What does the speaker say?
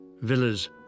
Villas